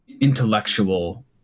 intellectual